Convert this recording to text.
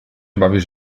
bawisz